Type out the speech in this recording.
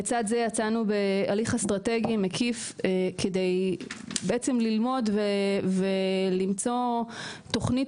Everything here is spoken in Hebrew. לצד זה יצאנו בהליך אסטרטגי מקיף כדי ללמוד ולמצוא תוכנית